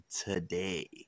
today